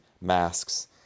masks